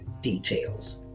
details